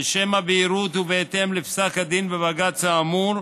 לשם הבהירות ובהתאם לפסק הדין בבג"ץ האמור,